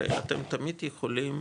אתם תמיד יכולים